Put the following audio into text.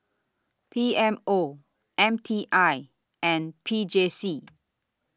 P M O M T I and P J C